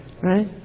Right